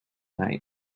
night